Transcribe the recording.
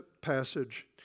passage